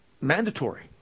mandatory